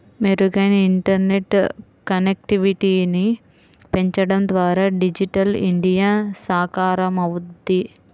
మెరుగైన ఇంటర్నెట్ కనెక్టివిటీని పెంచడం ద్వారా డిజిటల్ ఇండియా సాకారమవుద్ది